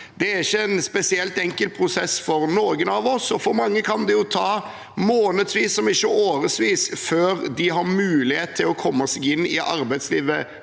Det er ikke en spesielt enkel prosess for noen, og for mange kan det ta månedsvis, om ikke årevis, før en har mulighet til å komme seg inn i arbeidslivet